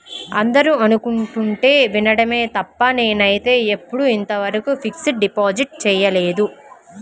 అందరూ అనుకుంటుంటే వినడమే తప్ప నేనైతే ఎప్పుడూ ఇంతవరకు ఫిక్స్డ్ డిపాజిట్ చేయలేదు